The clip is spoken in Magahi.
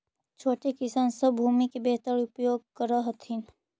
छोटे किसान सब भूमि के बेहतर उपयोग कर हथिन